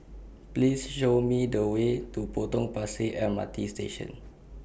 Please Show Me The Way to Potong Pasir M R T Station